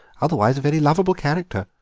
otherwise a very lovable character,